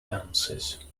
dancers